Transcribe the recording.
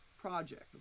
project